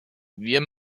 wir